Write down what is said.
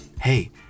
Hey